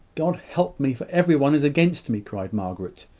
god help me, for every one is against me! cried margaret,